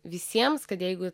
visiems kad jeigu